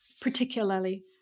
particularly